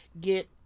get